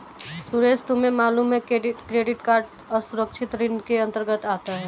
सुरेश तुम्हें मालूम है क्रेडिट कार्ड असुरक्षित ऋण के अंतर्गत आता है